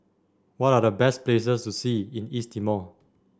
what are the best places to see in East Timor